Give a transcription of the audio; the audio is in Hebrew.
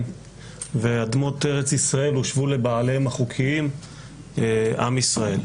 ואדמות ארץ ישראל הושבו לבעליהם החוקיים עם ישראל,